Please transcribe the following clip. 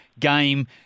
game